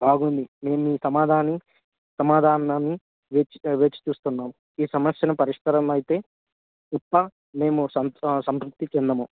బాగుంది మేము ఈ సమాధాన్ని సమాధానాన్ని వేచి వేచి చూస్తున్నాము ఈ సమస్య పరిష్కారం అయితే తప్ప మేము సం సంతృప్తి చెందం